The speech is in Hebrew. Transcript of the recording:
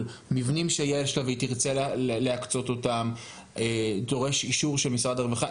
מבנים שיש לה ותרצה להקצות אותם זה ידרוש אישור של משרד הרווחה?